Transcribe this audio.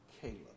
Caleb